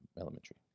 elementary